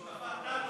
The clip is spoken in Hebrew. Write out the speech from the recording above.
שותפה.